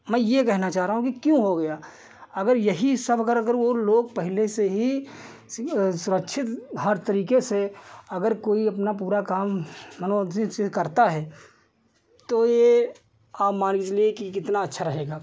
मैं यह कहना चाह रहा हूँ कि क्यों हो गया अगर यही सब अगर अगर वह लोग पहले से ही सुरक्षित हर तरीके से अगर कोई अपना पूरा काम मनोजित से करता है तो यह आप मानकर चलिए कि कितना अच्छा रहेगा